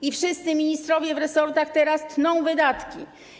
I wszyscy ministrowie w resortach teraz tną wydatki.